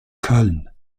köln